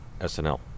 SNL